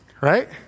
right